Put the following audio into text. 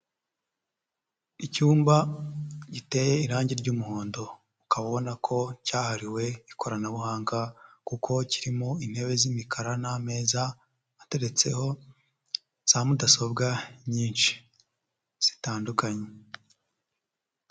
Icyumba giteye irangi ry'umuhondo. Ukaba ubona ko cyahariwe ikoranabuhanga kuko kirimo intebe z'imikara n'ameza ateretseho za mudasobwa nyinshi zitandukanye.